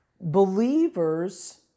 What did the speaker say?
believers